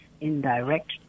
indirect